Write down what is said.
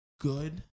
good